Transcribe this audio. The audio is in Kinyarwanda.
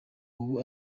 ubu